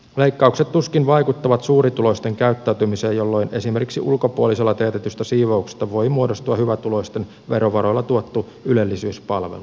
leikkaukset tuskin vaikuttavat suurituloisten käyttäytymiseen jolloin esimerkiksi ulkopuolisella teetetystä siivouksesta voi muodostua hyvätuloisten verovaroilla tuettu ylellisyyspalvelu